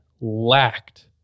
lacked